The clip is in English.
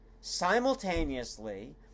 simultaneously